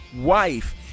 wife